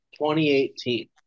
2018